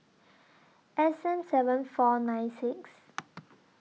S M seven four nine six